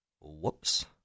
Whoops